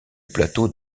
plateau